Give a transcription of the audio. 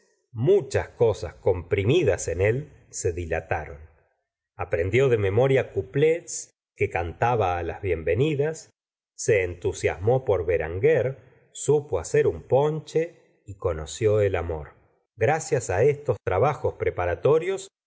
muchas cosas comprimidas en él se dilataron aprendió de memoria couplets que cantaba las i bienvenidas se entusiasmó por beranger supo ha cer un ponche y conoció el amor gracias estos trabajos preparatorios